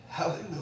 Hallelujah